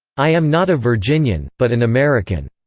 i am not a virginian, but an american.